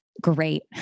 great